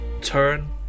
turn